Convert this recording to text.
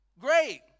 Great